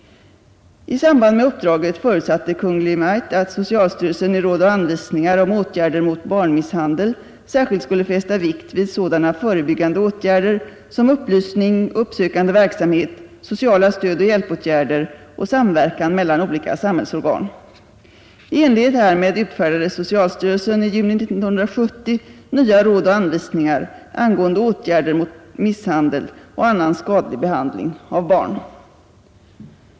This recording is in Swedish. I samband med uppdraget förutsatte Kungl. Maj:t att socialstyrelsen i råd och anvisningar om åtgärder mot barnmisshandel särskilt skulle fästa vikt vid sådana förebyggande åtgärder som upplysning, uppsökande verksamhet, sociala stödoch hjälpåtgärder och samverkan mellan olika samhällsorgan. I enlighet härmed utfärdade socialstyrelsen i juni 1970 nya råd och anvisningar angående åtgärder mot misshandel och annan skadlig behandling av barn.